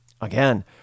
Again